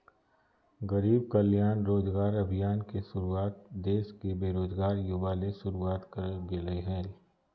गरीब कल्याण रोजगार अभियान के शुरुआत देश के बेरोजगार युवा ले शुरुआत करल गेलय हल